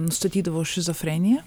nustatydavo šizofreniją